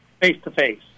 face-to-face